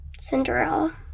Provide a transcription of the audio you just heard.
Cinderella